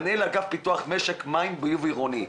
מנהל אגף פיתוח משק מים וביוב עירוני.